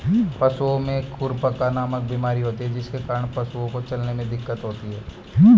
पशुओं में खुरपका नामक बीमारी होती है जिसके कारण पशुओं को चलने में दिक्कत होती है